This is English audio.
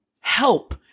help